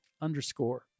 underscore